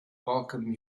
welcome